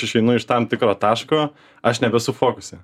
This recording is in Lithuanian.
išeinu iš tam tikro taško aš nebesu fokuse